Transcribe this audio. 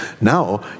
Now